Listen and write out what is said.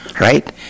Right